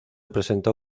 presentó